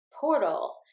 portal